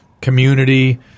community